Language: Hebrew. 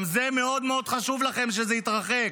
גם זה מאוד מאוד חשוב לכם שזה יתרחק: